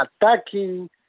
attacking